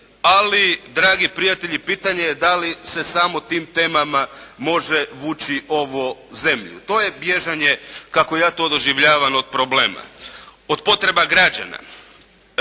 ali dragi prijatelji pitanje je da li se samo tim temama može vući ovu zemlju. To je bježanje kako ja to doživljavam od problema, od potreba.